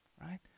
right